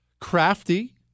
Crafty